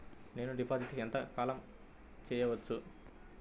నేను డిపాజిట్ ఎంత కాలం చెయ్యవచ్చు?